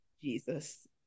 Jesus